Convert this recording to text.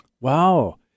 wow